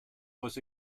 was